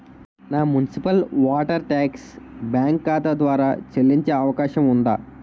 నా municipal water tax bank ఖాతా ద్వారా చెల్లించే అవకాశం ఉందా?